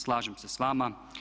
Slažem se s vama.